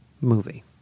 movie